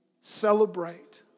celebrate